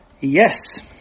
Yes